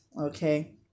okay